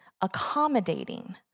accommodating